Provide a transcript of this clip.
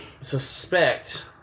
suspect